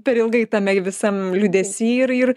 per ilgai tame visam liūdesy ir ir